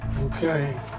Okay